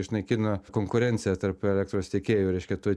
išnaikina konkurenciją tarp elektros tiekėjų reiškia tu